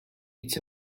it’s